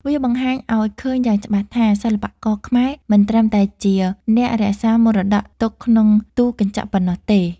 វាបង្ហាញឱ្យឃើញយ៉ាងច្បាស់ថា សិល្បករខ្មែរមិនត្រឹមតែជាអ្នករក្សាមរតកទុកក្នុងទូកញ្ចក់ប៉ុណ្ណោះទេ។